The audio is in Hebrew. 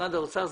ממשרד האוצר.